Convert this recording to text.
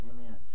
Amen